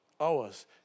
hours